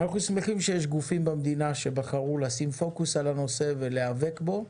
אנחנו שמחים שיש גופים במדינה שבחרו לשים פוקוס על הנושא ולהיאבק בו.